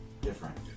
different